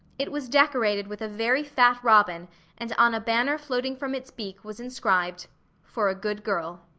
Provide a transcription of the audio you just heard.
it was decorated with a very fat robin and on a banner floating from its beak was inscribed for a good girl.